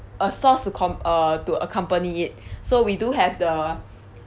a sauce to com~ uh to accompany it so we do have the